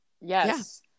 Yes